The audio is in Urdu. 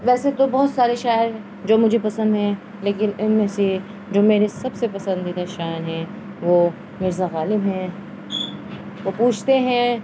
ویسے تو بہت سارے شاعر جو مجھے پسند ہیں لیکن ان میں سے جو میرے سب سے پسندیدہ شاعر ہیں وہ مرزا غالب ہیں وہ پوچھتے ہیں